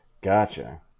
Gotcha